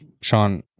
Sean